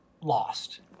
Lost